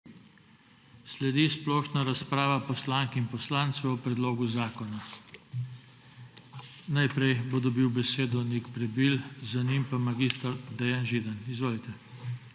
Sledi splošna razprava poslank in poslancev o predlogu zakona. Najprej bo dobil besedo Nik Prebil, za njim pa mag. Dejan Židan. Izvolite.